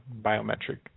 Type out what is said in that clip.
biometric